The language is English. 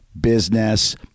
business